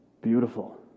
Beautiful